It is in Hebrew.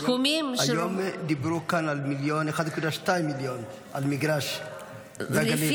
סכומים --- היום דיברו כאן על 1.2 מיליון על מגרש בגליל.